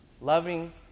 Loving